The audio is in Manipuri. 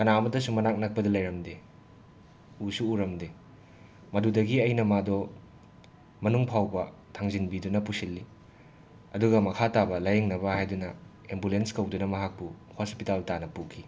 ꯀꯅꯥ ꯑꯃꯠꯇꯁꯨ ꯃꯅꯥꯛ ꯅꯛꯄꯗ ꯂꯩꯔꯝꯗꯦ ꯎꯁꯨ ꯎꯔꯝꯗꯦ ꯃꯗꯨꯗꯒꯤ ꯑꯩꯅ ꯃꯥꯗꯣ ꯃꯅꯨꯡꯐꯥꯎꯕ ꯊꯥꯡꯖꯤꯟꯕꯤꯗꯨꯅ ꯄꯨꯁꯤꯜꯂꯤ ꯑꯗꯨꯒ ꯃꯈꯥ ꯇꯥꯕ ꯂꯥꯏꯌꯦꯡꯅꯕ ꯍꯥꯏꯗꯅ ꯑꯦꯝꯕꯨꯂꯦꯟꯁ ꯀꯧꯗꯨꯅ ꯃꯍꯥꯛꯄꯨ ꯍꯣꯁꯄꯤꯇꯥꯜ ꯇꯥꯟꯅ ꯄꯨꯈꯤ